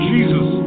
Jesus